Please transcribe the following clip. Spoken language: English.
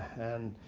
and